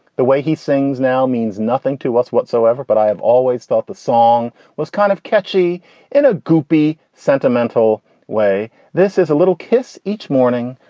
the way he sings now means nothing to us whatsoever. but i have always thought the song was kind of catchy in a goopy, sentimental way. this is a little kiss each morning,